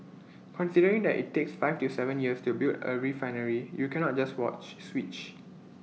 considering that IT takes five to Seven years to build A refinery you cannot just watch switch